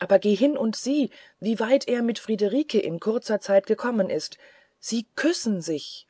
aber geh hin und sieh wie weit er mir friederike in kurzer zeit gekommen ist sie küssen sich